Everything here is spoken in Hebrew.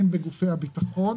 ובגופי הביטחון